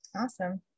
Awesome